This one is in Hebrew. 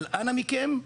אבל אנא מכם,